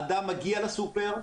אדם מגיע לסופר,